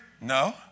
No